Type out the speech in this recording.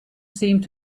seemed